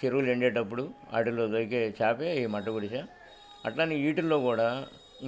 చెరువులు ఎండేటప్పుడు ఆటిలో దొరికే చాపే ఈ మట్ గుడిష అట్లానే ఈటిల్లో కూడా